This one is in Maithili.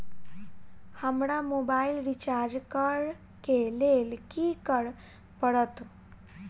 हमरा मोबाइल रिचार्ज करऽ केँ लेल की करऽ पड़त?